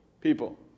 People